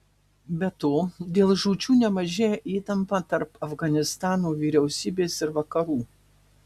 be to dėl žūčių nemažėja įtampa tarp afganistano vyriausybės ir vakarų